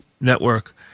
network